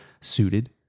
suited